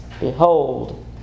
behold